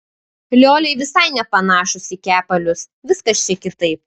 lioliai visai nepanašūs į kepalius viskas čia kitaip